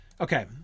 Okay